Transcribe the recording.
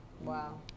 wow